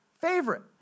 favorite